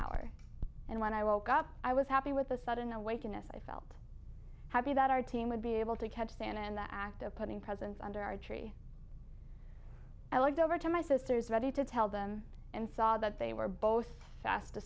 hour and when i woke up i was happy with a sudden awakening as i felt happy that our team would be able to catch santa in the act of putting presents under our tree i looked over to my sisters ready to tell them and saw that they were both